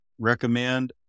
recommend